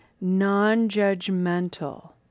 non-judgmental